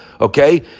okay